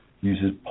uses